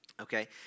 okay